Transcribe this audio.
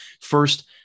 first